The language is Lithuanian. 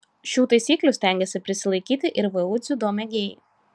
šių taisyklių stengiasi prisilaikyti ir vu dziudo mėgėjai